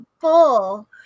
full